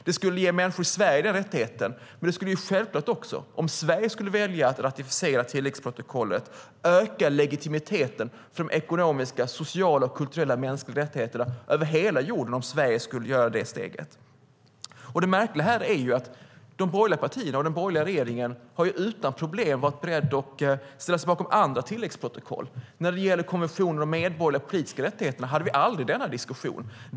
Det skulle ge människor i Sverige denna rättighet, och om Sverige valde att ratificera tilläggsprotokollet skulle det självklart också öka legitimiteten för de ekonomiska, sociala och kulturella mänskliga rättigheterna över hela jorden. Det märkliga är att de borgerliga partierna och den borgerliga regeringen har utan problem ställt sig bakom andra tilläggsprotokoll. När det gällde konventionerna om de medborgerliga och politiska rättigheterna hade vi aldrig denna diskussion.